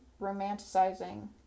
romanticizing